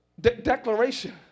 declaration